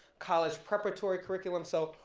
college preparatory curriculum. so,